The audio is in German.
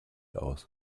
aus